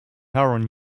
around